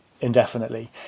indefinitely